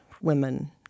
women